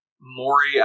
Maury